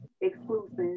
exclusive